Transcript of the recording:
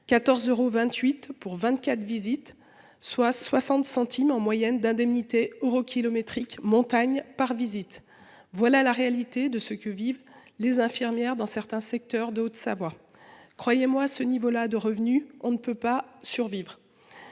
14 euros 28 pour 24, visite, soit 60 centimes en moyenne d'indemnités horokilométrique montagne par visite. Voilà la réalité de ce que vivent les infirmières dans certains secteurs de Haute-Savoie. Croyez-moi à ce niveau-là de revenus, on ne peut pas survivre.